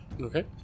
Okay